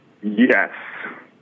yes